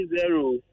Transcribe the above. zero